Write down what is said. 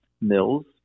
mills